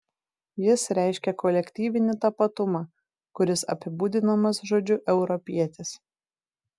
jis reiškia kolektyvinį tapatumą kuris apibūdinamas žodžiu europietis